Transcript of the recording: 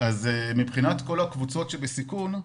מבחינת כל הקבוצות שבסיכון,